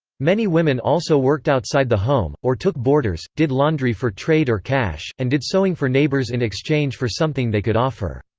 many women also worked outside the home, or took boarders, did laundry for trade or cash, and did sewing for neighbors in exchange for something they could offer.